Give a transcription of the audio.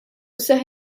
seħħ